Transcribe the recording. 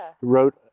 wrote